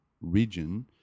region